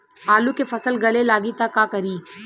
आलू के फ़सल गले लागी त का करी?